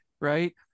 right